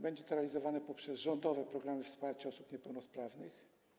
Będzie to realizowane poprzez rządowe programy wsparcia osób niepełnosprawnych.